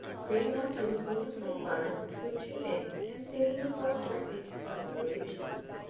cream one tablespoon of sweet butter with two eggs and season before stirring in two cups of grated cheese.